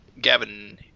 Gavin